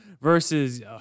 versus